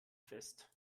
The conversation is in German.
fest